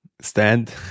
stand